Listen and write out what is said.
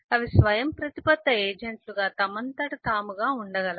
అవి స్వయంప్రతిపత్త ఏజెంట్లుగా తమంతట తాముగా ఉండగలవు